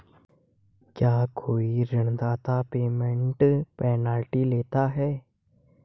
क्या कोई ऋणदाता प्रीपेमेंट पेनल्टी लेता है?